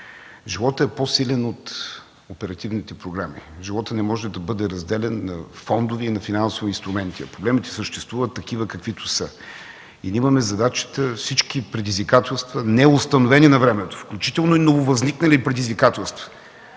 Животът е по-силен от оперативните програми. Животът не може да бъде разделян на фондове и на финансови инструменти, а проблемите съществуват такива, каквито са. И ние имаме задачата всички предизвикателства, неустановени навремето, включително и нововъзникнали предизвикателства,